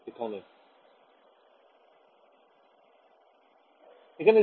ছাত্র ছাত্রীঃ এখানে